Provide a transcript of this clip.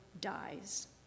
dies